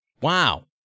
Wow